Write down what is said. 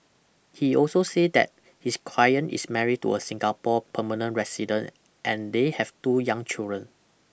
he also said that his client is married to a Singapore permanent resident and they have two young children